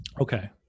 Okay